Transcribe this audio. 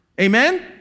Amen